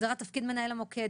הגדרת תפקיד מנהל המוקד,